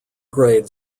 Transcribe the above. grade